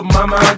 Mama